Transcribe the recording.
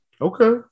Okay